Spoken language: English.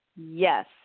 Yes